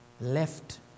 left